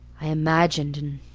i imagined and.